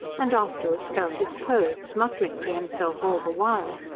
and afterwards felt his cloaths, muttering to himself all the while.